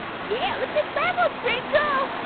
yeah, look at this level, it's pretty cool.